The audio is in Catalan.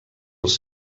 als